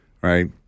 right